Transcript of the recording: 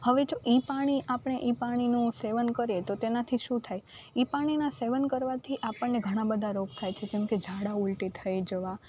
હવે જો એ પાણી આપણે એ પાણીનું સેવન કરીએ તો તેનાથી શું થાય એ પાણીના સેવન કરવાથી આપણને ઘણાં બધાં રોગ થાય છે જેમકે ઝાડા ઊલટી થઈ જવા